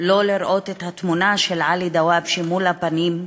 שלא לראות את התמונה של עלי דוואבשה מול הפנים,